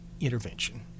intervention